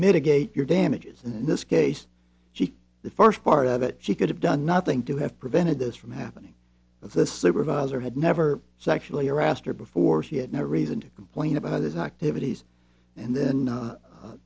a gate your damages and in this case she the first part of it she could have done nothing to have prevented this from happening but this supervisor had never sexually harassed her before she had no reason to complain about his activities and then